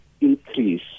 increase